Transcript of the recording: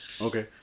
okay